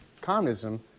communism